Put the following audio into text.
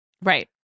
right